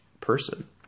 person